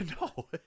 No